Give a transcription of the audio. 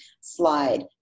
slide